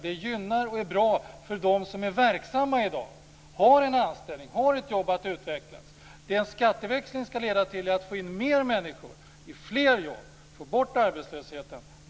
De gynnar dem som är verksamma i dag, har en anställning där de kan utvecklas. Skatteväxling ska leda till att få in mer människor i fler jobb och få bort arbetslösheten.